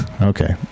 okay